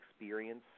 experience